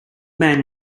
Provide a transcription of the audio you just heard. man